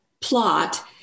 plot